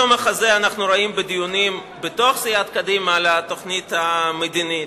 אותו מחזה אנחנו רואים בדיונים בתוך סיעת קדימה על התוכנית המדינית.